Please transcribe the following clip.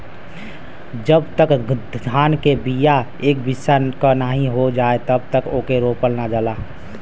जब तक धान के बिया एक बित्ता क नाहीं हो जाई तब तक ओके रोपल ना जाला